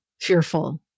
fearful